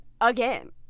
again